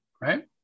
Right